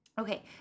Okay